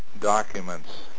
documents